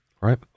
Right